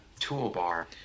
Toolbar